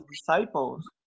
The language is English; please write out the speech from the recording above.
disciples